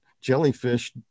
jellyfish